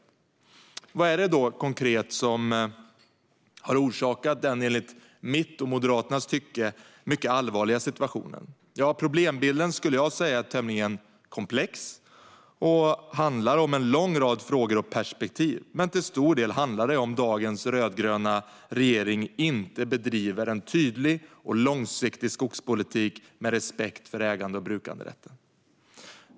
Vad är det då konkret som har orsakat denna, enligt mitt och Moderaternas tycke, mycket allvarliga situation? Problembilden skulle jag säga är tämligen komplex och berör en lång rad frågor och perspektiv, men till stor del handlar det om att dagens rödgröna regering inte bedriver en tydlig och långsiktig skogspolitik med respekt för ägande och brukanderätten.